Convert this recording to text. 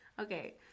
Okay